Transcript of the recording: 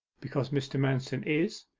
because mr. manston is,